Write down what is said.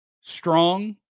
strong